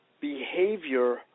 behavior